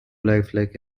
lifelike